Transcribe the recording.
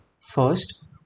First